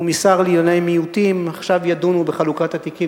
ומשר לענייני מיעוטים עכשיו ידונו בחלוקת התיקים,